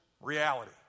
reality